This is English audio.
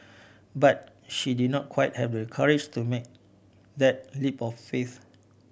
but she did not quite have the courage to make that leap of faith